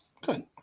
Good